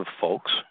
folks